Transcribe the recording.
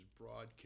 broadcast